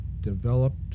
developed